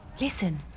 Listen